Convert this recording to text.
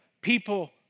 people